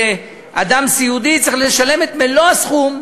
אדם סיעודי צריך לשלם את מלוא הסכום,